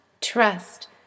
Trust